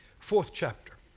fourth chapter.